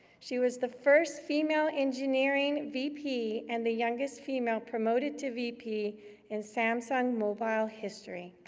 she was the first female engineering vp and the youngest female promoted to vp in samsung mobile history.